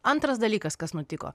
antras dalykas kas nutiko